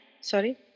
Sorry